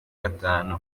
gatanu